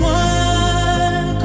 one